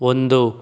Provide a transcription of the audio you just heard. ಒಂದು